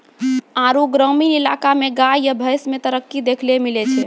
आरु ग्रामीण इलाका मे गाय या भैंस मे तरक्की देखैलै मिलै छै